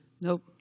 nope